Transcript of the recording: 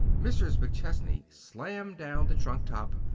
mrs. mcchesney slammed down the trunk top,